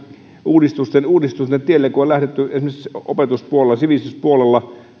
uudistusten tielle on lähdetty esimerkiksi opetuspuolella sivistyspuolella